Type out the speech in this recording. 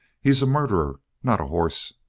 he's a murderer not a horse!